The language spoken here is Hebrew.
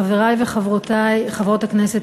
חברי וחברות הכנסת,